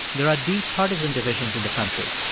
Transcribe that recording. there are deep partisan divisions in the country.